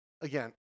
again